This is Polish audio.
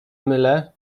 mylę